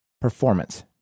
Performance